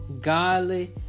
godly